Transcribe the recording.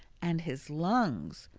and his lungs!